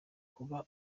kuba